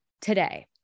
today